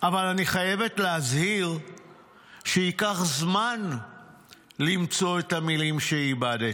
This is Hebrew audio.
אבל אני חייבת להזהיר שייקח זמן למצוא את המילים שאיבדת,